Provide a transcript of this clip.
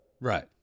Right